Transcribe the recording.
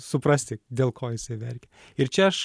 suprasti dėl ko jisai verkia ir čia aš